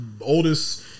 oldest